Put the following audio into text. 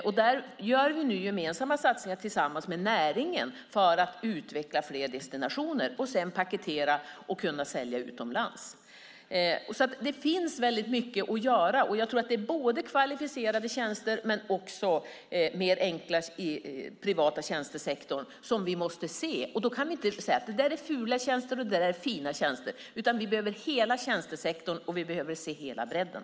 Där gör vi nu gemensamma satsningar tillsammans med näringen för att utveckla fler destinationer att sedan paketera och kunna sälja utomlands. Det finns väldigt mycket att göra, och jag tror att vi måste se både kvalificerade tjänster och mer enkla tjänster i den privata tjänstesektorn. Då kan vi inte säga att det där är fula tjänster och det där är fina tjänster. Vi behöver hela tjänstesektorn, och vi behöver se hela bredden.